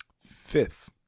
fifth